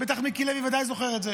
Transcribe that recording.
מיקי לוי ודאי זוכר את זה.